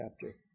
chapter